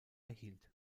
erhielt